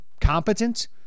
competent